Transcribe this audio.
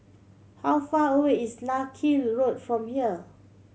how far away is Larkhill Road from here